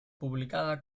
publicada